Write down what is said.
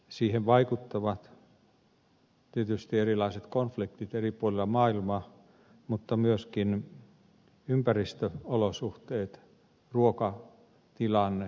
siihen vaikuttavat tietysti erilaiset konfliktit eri puolilla maailmaa mutta myöskin ympäristöolosuhteet ruokatilanne ja niin edelleen